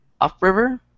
upriver